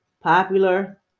popular